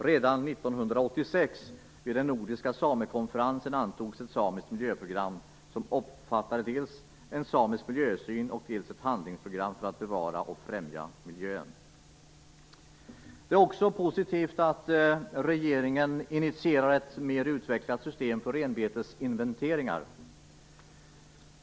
Redan 1986, vid den nordiska samekonferensen, antogs ett samiskt miljöprogram som omfattar dels en samisk miljösyn, dels ett handlingsprogram för att bevara och främja miljön. Det är också positivt att regeringen initierar ett mer utvecklat system för renbetesinventeringar.